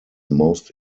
most